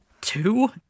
two